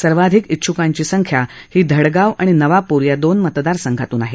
सर्वाधीक इच्छ्कांची संख्या ही धडगाव आणि नवाप्र या दोन मतदार संघातून आहे